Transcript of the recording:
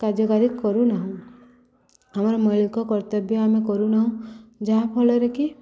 କାର୍ଯ୍ୟକାରୀ କରୁନାହୁଁ ଆମର ମୌଳିକ କର୍ତ୍ତବ୍ୟ ଆମେ କରୁନାହୁଁ ଯାହାଫଳରେ କି